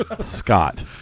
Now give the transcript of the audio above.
Scott